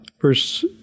verse